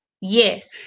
Yes